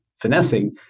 finessing